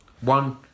One